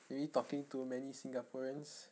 maybe talking to many singaporeans